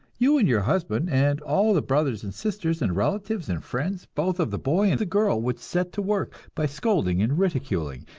you and your husband and all the brothers and sisters and relatives and friends both of the boy and the girl would set to work, by scolding and ridiculing,